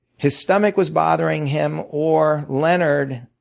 his stomach was bothering him or leonard